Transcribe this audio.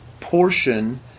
portion